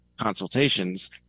consultations